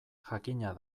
jakina